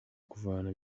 kuvana